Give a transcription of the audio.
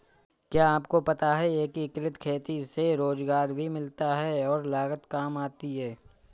क्या आपको पता है एकीकृत खेती से रोजगार भी मिलता है और लागत काम आती है?